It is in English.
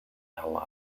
ally